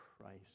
Christ